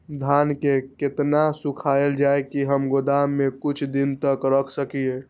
धान के केतना सुखायल जाय की हम गोदाम में कुछ दिन तक रख सकिए?